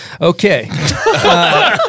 Okay